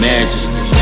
Majesty